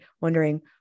wondering